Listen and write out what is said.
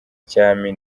cyami